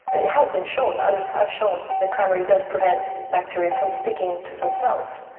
it has been shown, others have shown that cranberry does prevent bacteria from sticking to some cells.